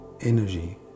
energy